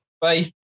Bye